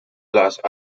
las